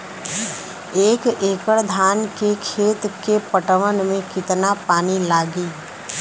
एक एकड़ धान के खेत के पटवन मे कितना पानी लागि?